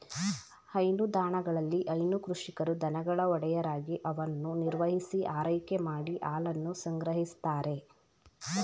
ಹೈನುದಾಣಗಳಲ್ಲಿ ಹೈನು ಕೃಷಿಕರು ದನಗಳ ಒಡೆಯರಾಗಿ ಅವನ್ನು ನಿರ್ವಹಿಸಿ ಆರೈಕೆ ಮಾಡಿ ಹಾಲನ್ನು ಸಂಗ್ರಹಿಸ್ತಾರೆ